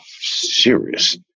serious